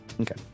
okay